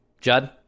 Judd